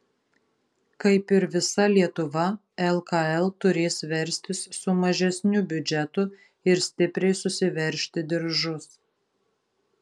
kaip ir visa lietuva lkl turės verstis su mažesniu biudžetu ir stipriai susiveržti diržus